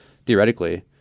theoretically